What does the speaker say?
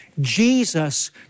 Jesus